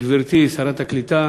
גברתי שרת הקליטה,